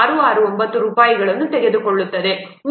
669 ರೂಪಾಯಿಗಳನ್ನು ತೆಗೆದುಕೊಳ್ಳುತ್ತದೆ